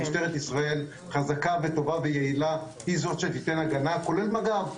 משטרת ישראל חזקה וטובה ויעילה היא זאת שתיתן הגנה כולל מג"ב,